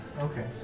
Okay